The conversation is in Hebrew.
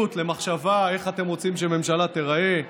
למחשבה איך אתם רוצים שממשלה תיראה.